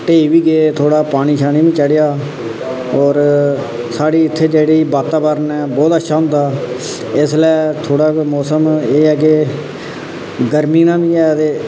ढेई बी गे थोड़ा पानी शानी बी चढ़ेआ और साढ़े इत्थै जेह्ड़ा वातावरण ऐ बहुत अच्छा होंदा इसलै थोह्ड़ा मौसम एह् ऐ के गर्मी दा बी ऐ ते